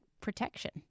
protection